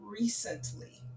recently